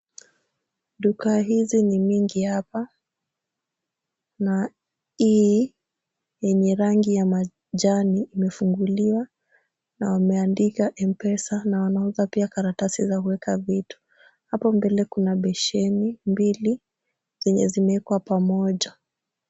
Duka hizi ni mingi hapa na hii yenye rangi ya majani imefunguliwa na wameandika mpesa na wanauza pia karatasi za kuweka vitu. Hapo mbele kuna besheni mbili zenye zimewekwa pamoja.